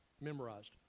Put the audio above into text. memorized